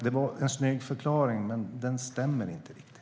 Det var en snygg förklaring från Lawen Redar, men den stämmer inte riktigt.